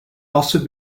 also